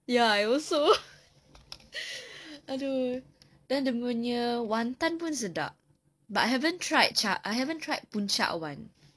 ya I also !aduh! then dia punya wanton pun sedap but I haven't tried ca~ I haven't tried puncak [one]